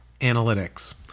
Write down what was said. analytics